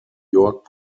york